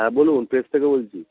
হ্যাঁ বলুন প্রেস থেকে বলছি